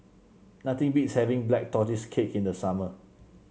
nothing beats having Black Tortoise Cake in the summer